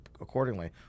accordingly